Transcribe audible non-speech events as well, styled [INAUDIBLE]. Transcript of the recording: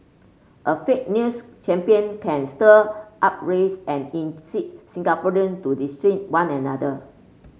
a fake news champion can stir unrest and incite Singaporean to [UNINTELLIGIBLE] one another